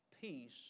peace